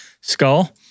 skull